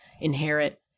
inherit